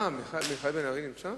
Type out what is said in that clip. מיכאל בן-ארי נמצא?